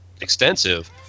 extensive